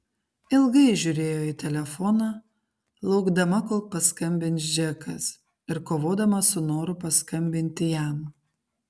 ilgai žiūrėjo į telefoną laukdama kol paskambins džekas ir kovodama su noru paskambinti jam